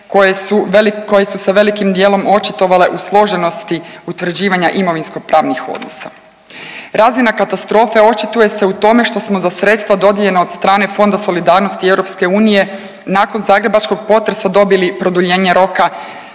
koje su se velikim dijelom očitovale u složenosti utvrđivanja imovinsko pravnih odnosa. Razina katastrofe očituje se u tome što smo za sredstva dodijeljena od strane Fonda solidarnosti EU nakon zagrebačkog potresa dobili produljenje roka